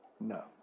No